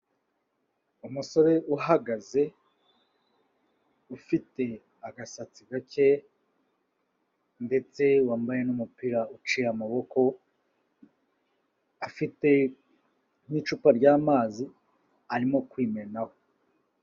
Umusore uhagaze ufite agasatsi gake ndetse wambaye n'umupira uciye amaboko, afite n'icupa ry'amazi arimo kwimenaho.